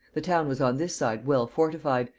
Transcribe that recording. the town was on this side well fortified,